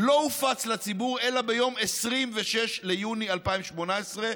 לא הופץ לציבור אלא ביום 26 ליוני 2018."